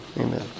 Amen